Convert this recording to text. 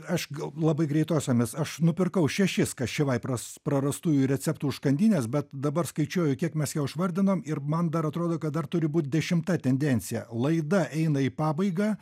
aš gal labai greitosiomis aš nupirkau šešis kašivaj pras prarastųjų receptų užkandinės bet dabar skaičiuoju kiek mes jau išvardinom ir man dar atrodo kad dar turi būt dešimta tendencija laida eina į pabaigą